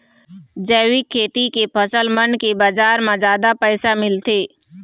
जैविक खेती के फसल मन के बाजार म जादा पैसा मिलथे